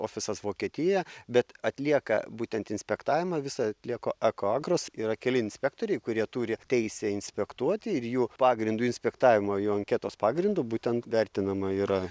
ofisas vokietijoje bet atlieka būtent inspektavimą visą atlieka ekoagros yra keli inspektoriai kurie turi teisę inspektuoti ir jų pagrindu inspektavimo jų anketos pagrindu būtent vertinama yra